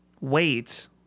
wait